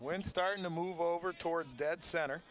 when starting to move over towards dead center